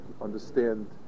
understand